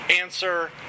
answer